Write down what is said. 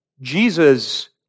Jesus